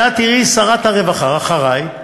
כשאת תהיי שרת הרווחה, אחרי,